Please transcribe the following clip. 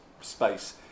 space